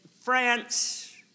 France